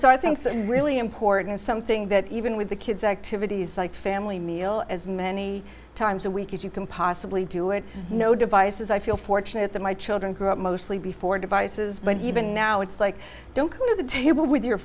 so i think really important something that even with the kids activities like family meal as many times a week as you can possibly do it no devices i feel fortunate that my children grew up mostly before devices but even now it's like don't come to the table with your